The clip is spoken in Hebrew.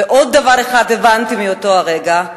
ועוד דבר אחד הבנתי מאותו הרגע,